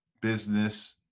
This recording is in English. business